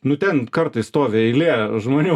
nu ten kartais stovi eilė žmonių